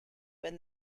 when